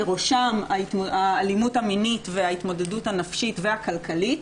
בראשם האלימות המינית וההתמודדות הנפשית והכלכלית.